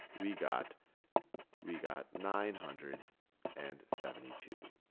we got we got nine hundred and seventy two.